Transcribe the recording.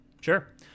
Sure